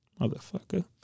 Motherfucker